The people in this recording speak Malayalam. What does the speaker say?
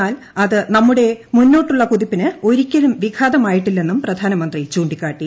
എന്നാൽ അത് നമ്മുടെ മുന്നോട്ടുള്ളകുതിപ്പിന് ഒരിക്കലും വിഘാതമായിട്ടില്ലെന്നും പ്രധാനമന്ത്രി ചൂണ്ടിക്കാട്ടി